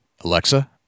Alexa